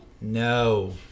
no